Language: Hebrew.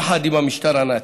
יחד עם המשטר הנאצי.